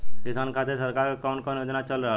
किसान खातिर सरकार क कवन कवन योजना चल रहल बा?